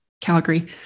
Calgary